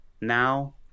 now